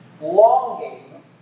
longing